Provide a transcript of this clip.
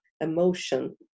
emotion